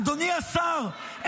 אדוני השר,